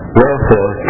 Wherefore